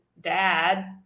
dad